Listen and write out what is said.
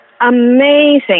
Amazing